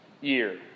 year